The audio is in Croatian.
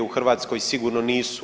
U Hrvatskoj sigurno nisu.